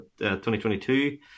2022